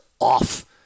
off